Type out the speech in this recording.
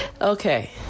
Okay